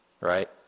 right